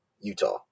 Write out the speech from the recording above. Utah